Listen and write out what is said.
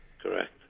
Correct